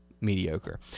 mediocre